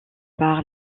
par